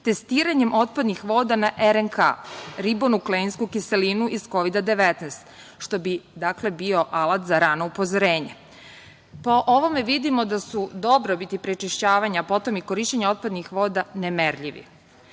testiranjem otpadnik voda na RNK, ribonukleinsku kiselinu iz Kovida 19, što bi bio alat za rano upozorenje. Po ovome vidimo da su dobrobiti prečišćavanja a potom i korišćenja otpadnih voda nemerljivi. Posebno